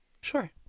Sure